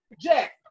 Jack